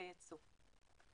לייצוא.